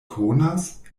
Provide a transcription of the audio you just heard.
konas